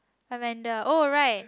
Amanda oh right